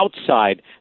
outside